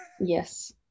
Yes